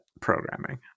programming